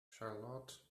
charlotte